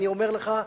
אני אומר לך,